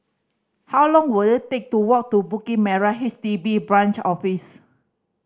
how long will it take to walk to Bukit Merah H D B Branch Office